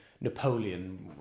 Napoleon